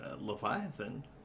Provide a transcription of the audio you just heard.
Leviathan